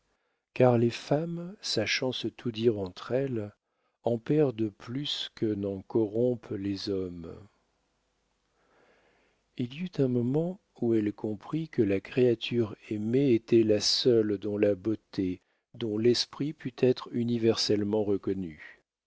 car les femmes sachant se tout dire entre elles en perdent plus que n'en corrompent les hommes il y eut un moment où elle comprit que la créature aimée était la seule dont la beauté dont l'esprit pût être universellement reconnu